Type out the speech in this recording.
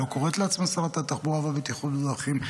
היא לא קוראת לעצמה שרת התחבורה והבטיחות בדרכים.